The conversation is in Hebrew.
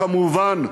כמובן,